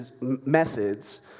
methods